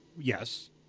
Yes